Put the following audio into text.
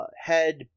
head